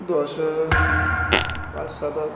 দশ পাঁচ সাত হাত